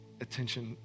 attention